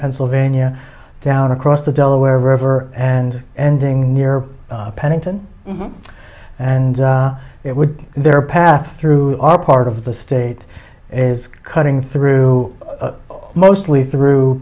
pennsylvania down across the delaware river and ending near pennington and it would their path through our part of the state is cutting through mostly through